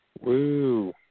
Woo